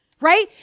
right